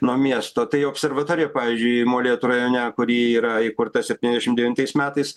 nuo miesto tai observatorija pavyzdžiui molėtų rajone kuri yra įkurta septyniasdešim devintais metais